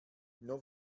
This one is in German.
nur